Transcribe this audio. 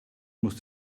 muss